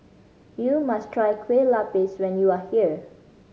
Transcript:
you must try Kueh Lapis when you are here